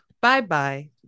Bye-bye